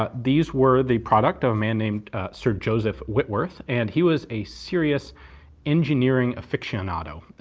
ah these were the product of a man named sir joseph whitworth, and he was a serious engineering aficionado.